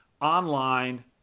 online